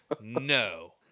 no